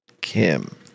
Kim